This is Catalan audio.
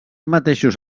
mateixos